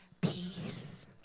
peace